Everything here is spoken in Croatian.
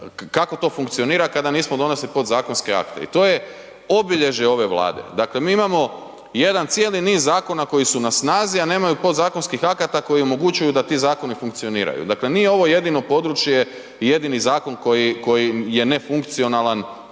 kako to funkcionira kada nismo donesli podzakonski akte i to je obilježje ove Vlade, dakle mi imamo jedan cijeli niz zakona koji su na snazi a nemaju podzakonskih akata koji omogućuju da ti zakoni funkcioniraju, dakle nije ovo jedino područje, jedini zakon koji je nefunkcionalan